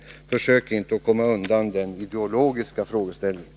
Försök inte komma undan den ideologiska frågeställningen!